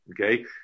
okay